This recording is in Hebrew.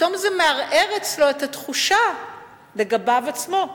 פתאום זה מערער אצלו את התחושה לגביו עצמו.